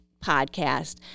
podcast